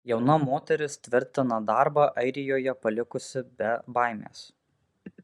jauna moteris tvirtina darbą airijoje palikusi be baimės